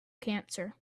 cancer